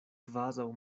kvazaŭ